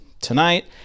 tonight